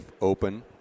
open